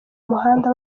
muhanda